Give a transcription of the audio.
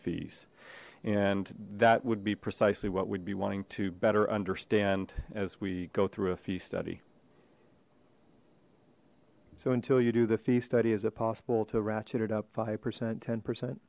fees and that would be precisely what we'd be wanting to better understand as we go through a fee study so until you do the fee study is it possible to ratchet it up five percent ten percent